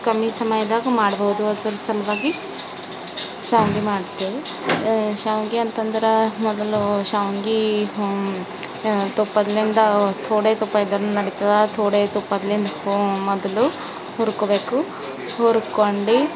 ಕಮ್ಮಿ ಸಮಯದಾಗ ಮಾಡ್ಬೋದು ಅದರ ಸಲುವಾಗಿ ಶಾವಿಗೆ ಮಾಡ್ತೇವೆ ಶಾವಿಗೆ ಅಂತಂದ್ರೆ ಮೊದಲು ಶಾವ್ಗೆ ತುಪ್ಪದ್ನಿಂದ ಥೋಡೆ ತುಪ್ಪ ಇದ್ರೂ ನಡೀತದೆ ಥೋಡೆ ತುಪ್ಪದ್ಲಿಂದ ಹೂಂ ಮೊದಲು ಹುರ್ಕೊಬೇಕು ಹುರ್ಕೊಂಡು